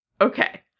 okay